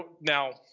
now